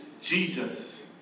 Jesus